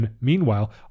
meanwhile